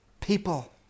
people